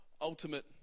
ultimate